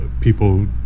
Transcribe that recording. people